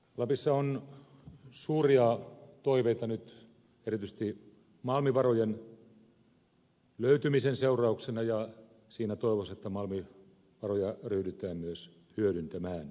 lapissa on suuria toiveita nyt erityisesti malmivarojen löytymisen seurauksena ja siinä toivossa että malmivaroja ryhdytään myös hyödyntämään